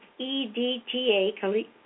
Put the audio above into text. EDTA